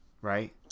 right